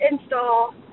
install